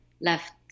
left